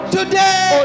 Today